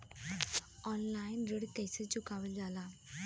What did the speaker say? Online ऋण कईसे चुकावल जाला?